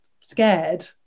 scared